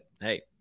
hey